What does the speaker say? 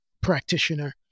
practitioner